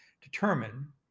determine